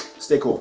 stay cool.